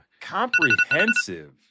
Comprehensive